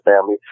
family